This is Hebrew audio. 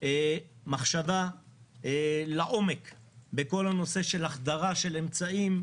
מחשבה לעומק בכל הנושא של החדרה של אמצעים,